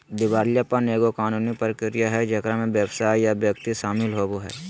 दिवालियापन एगो कानूनी प्रक्रिया हइ जेकरा में व्यवसाय या व्यक्ति शामिल होवो हइ